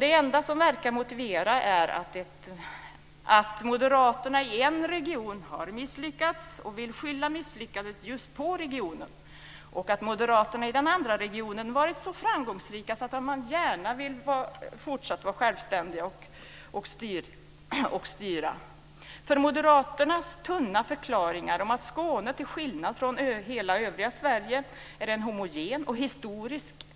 Det enda som verkar motivera detta är att moderaterna i en region har misslyckats och vill skylla misslyckandet just på regionen och att moderaterna i den andra regionen varit så framgångsrika att man gärna vill fortsätta att styra självständigt. Moderaternas tunna förklaringar om att Skåne, till skillnad från hela övriga Sverige, är en homogen och historisk